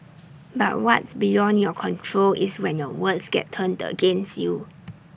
but what's beyond your control is when your words get turned the against you